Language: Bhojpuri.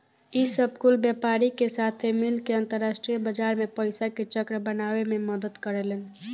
ई सब कुल व्यापारी के साथे मिल के अंतरास्ट्रीय बाजार मे पइसा के चक्र बनावे मे मदद करेलेन